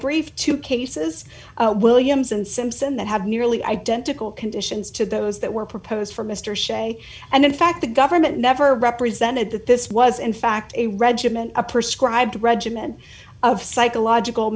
brief two cases williams and simpson that have nearly identical conditions to those that were proposed for mr sze and in fact the government never represented that this was in fact a regiment a purse cried regimen of psychological